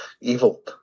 evil